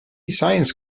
science